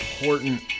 important